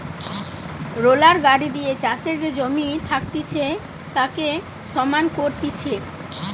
roller গাড়ি দিয়ে চাষের যে জমি থাকতিছে তাকে সমান করতিছে